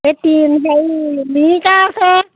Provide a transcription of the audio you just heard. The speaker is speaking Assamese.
এই তিনি চাৰি মিৰিকা আছে